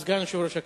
סגן יושב-ראש הכנסת,